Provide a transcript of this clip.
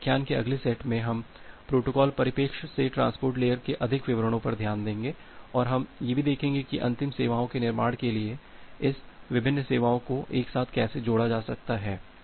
इसलिए व्याख्यान के अगले सेट में हम प्रोटोकॉल परिप्रेक्ष्य से ट्रांसपोर्ट लेयर के अधिक विवरणों पर ध्यान देंगे और हम यह भी देखेंगे कि अंतिम सेवाओं के निर्माण के लिए इस विभिन्न सेवाओं को एक साथ कैसे जोड़ा जा सकता है